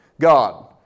God